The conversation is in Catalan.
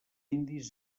indis